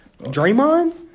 Draymond